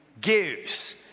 gives